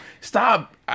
stop